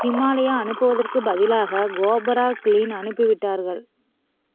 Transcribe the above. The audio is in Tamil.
ஹிமாலயா அனுப்புவதற்குப் பதிலாக கொபாரோ க்ளீன் அனுப்பிவிட்டார்கள்